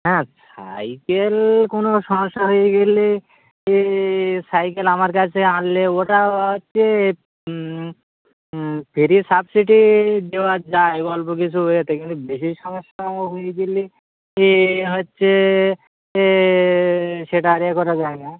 আচ্ছা কোনো সমস্যা হয়ে গেলে এ সাইকেল আমার কাছে আনলে ওটা হচ্ছে ফ্রি সাবসিডি দেওয়া যায় অল্প কিছু ইয়েতে কিন্তু বেশি সমস্যা হয়ে গেলে এ হচ্ছে এ সেটা আর এ করা যায় না